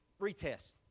retest